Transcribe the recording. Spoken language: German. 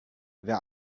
wer